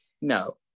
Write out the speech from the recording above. No